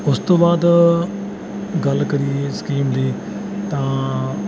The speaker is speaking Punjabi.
ਉਸ ਤੋਂ ਬਾਅਦ ਗੱਲ ਕਰੀਏ ਸਕੀਮ ਦੀ ਤਾਂ